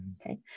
Okay